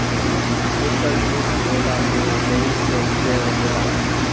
एकर juice पियला से देहि स्वस्थ्य रहेला